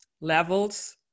levels